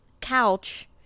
couch